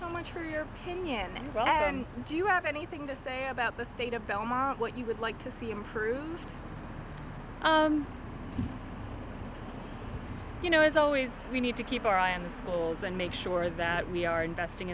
so much for your opinion and well do you have anything to say about the state of belmont what you would like to see improved you know as always we need to keep our eye on the schools and make sure that we are investing